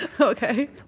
Okay